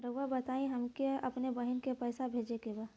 राउर बताई हमके अपने बहिन के पैसा भेजे के बा?